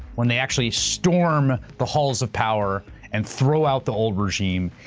when they actually storm the halls of power and throw out the old regime,